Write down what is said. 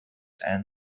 and